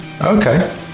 okay